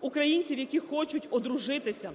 українців, які хочуть одружитися,